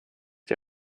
die